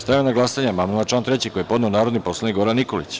Stavljam na glasanje amandman na član 3. koji je podneo narodni poslanik Goran Nikolić.